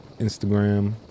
Instagram